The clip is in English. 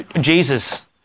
Jesus